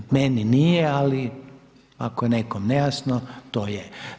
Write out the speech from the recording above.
Meni nije, ali ako je nekom nejasno to je.